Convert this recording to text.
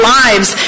lives